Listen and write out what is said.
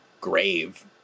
grave